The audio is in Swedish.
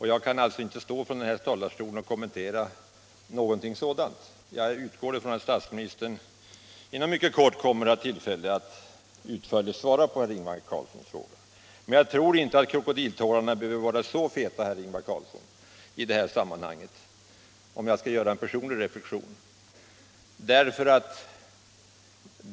Jag kan alltså inte från den här talarstolen kommentera någonting sådant, och jag utgår från att statsministern inom mycket kort tid kommer att ha tillfälle att utförligt svara på herr Ingvar Carlssons fråga. Men jag tror inte att krokodiltårarna behöver vara så stora, herr Ingvar Carlsson, i det här sammanhanget, om jag skall göra en personlig reflexion.